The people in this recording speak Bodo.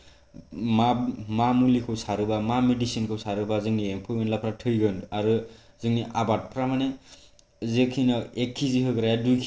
मा मा मुलिखौ सारोबा मा मेडिसिनखौ सारोबा जोंनि एमफौ एनलाफोरा थैगोन आरो जोंनि आबादफोरा माने जेखिनो एक के जि होग्राया दुइ के जि ओंखारनो हागोन